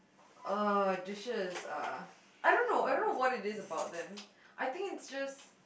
uh dishes uh I don't know I don't know what is it about them I think it's just